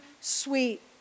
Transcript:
sweet